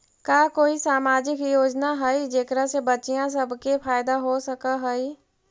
का कोई सामाजिक योजना हई जेकरा से बच्चियाँ सब के फायदा हो सक हई?